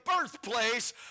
birthplace